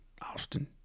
Austin